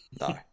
No